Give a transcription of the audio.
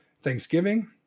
Thanksgiving